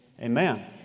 amen